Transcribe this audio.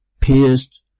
pierced